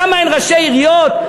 למה אין ראשי עיריות?